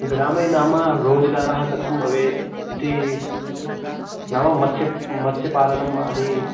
ग्रामे नाम रोज्गारः कथं भवेत् इति नाम मत्स्यः मत्स्यपालनम् आदयः